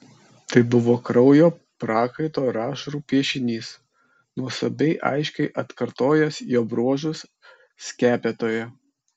tai buvo kraujo prakaito ir ašarų piešinys nuostabiai aiškiai atkartojęs jo bruožus skepetoje